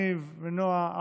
ניב ונעה,